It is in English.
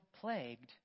plagued